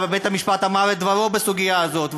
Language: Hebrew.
בית-המשפט אמר את דברו בסוגיה הזאת,